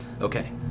Okay